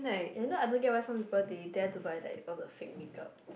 ya you know I don't get why some people they dare to buy like all the fake make up